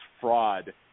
fraud